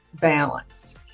balance